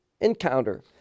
encounter